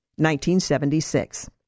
1976